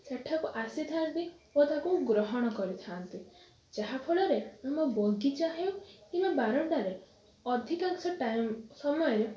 ସେଠାକୁ ଆସିଥାନ୍ତି ଓ ତାକୁ ଗ୍ରହଣ କରିଥାନ୍ତି ଯାହାଫଳରେ ଆମ ବଗିଚା ହେଉ କିମ୍ବା ବାରଣ୍ଡାରେ ଅଧିକାଂଶ ଟାଇମ୍ ସମୟରେ